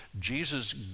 Jesus